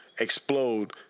explode